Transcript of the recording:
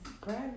grab